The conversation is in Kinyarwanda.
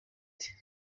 ati